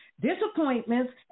disappointments